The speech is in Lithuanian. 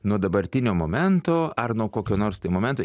nuo dabartinio momento ar nuo kokio nors tai momento